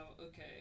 okay